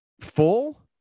full